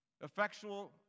Effectual